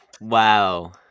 Wow